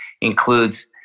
includes